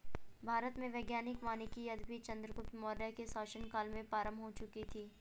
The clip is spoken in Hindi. भारत में वैज्ञानिक वानिकी यद्यपि चंद्रगुप्त मौर्य के शासन काल में प्रारंभ हो चुकी थी